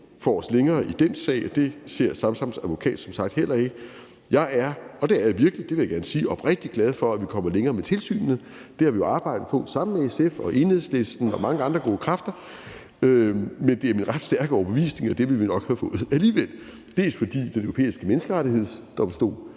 forrest i den sag, og det ser Samsams advokat som sagt heller ikke. Jeg er – og det er jeg virkelig; det vil jeg gerne sige – oprigtigt glad for, at vi kommer længere med tilsynet. Det har vi jo arbejdet på sammen med SF og Enhedslisten og mange andre gode kræfter, men det er min ret stærke overbevisning, at det ville vi nok have fået alligevel – dels fordi Den Europæiske Menneskerettighedsdomstol